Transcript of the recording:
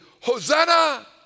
Hosanna